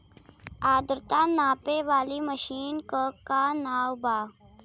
आद्रता नापे वाली मशीन क का नाव बा?